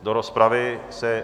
Do rozpravy se...